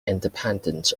independent